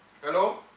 Hello